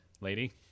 Lady